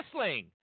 Wrestling